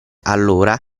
allora